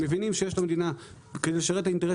מבינים שיש למדינה כדי לשרת את האינטרס